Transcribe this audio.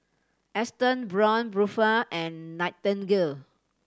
Astons Braun Buffel and Nightingale